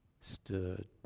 stood